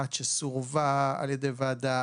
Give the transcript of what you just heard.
אחת שסורבה על ידי ועדה,